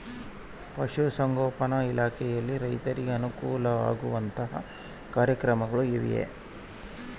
ಪಶುಸಂಗೋಪನಾ ಇಲಾಖೆಯಲ್ಲಿ ರೈತರಿಗೆ ಅನುಕೂಲ ಆಗುವಂತಹ ಕಾರ್ಯಕ್ರಮಗಳು ಇವೆಯಾ?